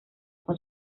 con